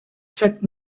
sept